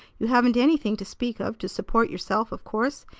you haven't anything to speak of to support yourself, of course,